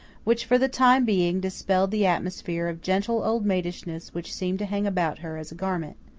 which for the time being dispelled the atmosphere of gentle old-maidishness which seemed to hang about her as a garment.